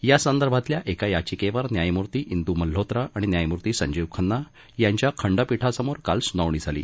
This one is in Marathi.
यांदर्भातल्या एका याचिकेवर न्यायमूर्ती इंदू मल्होत्रा आणि न्यायमूर्ती संजीव खन्ना यांच्या खंडपीठासमोर काल सुनावणी झाली